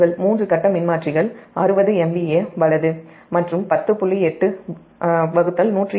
உங்கள் மூன்று கட்ட ட்ரான்ஸ்ஃபார்மர் 60 MVA மற்றும் 10